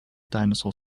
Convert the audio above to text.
dinosaur